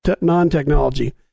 non-technology